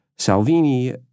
Salvini